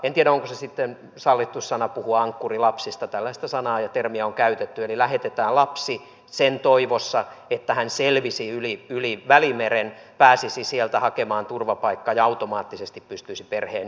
en tiedä onko se sitten sallittu sana puhua ankkurilapsista tällaista sanaa ja termiä on käytetty eli lähetetään lapsi sen toivossa että hän selviäisi yli välimeren pääsisi sieltä hakemaan turvapaikkaa ja automaattisesti pystyisi perheen yhdistämään